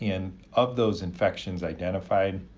and of those infections identified,